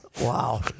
Wow